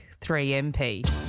3MP